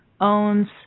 owns